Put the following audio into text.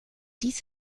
dies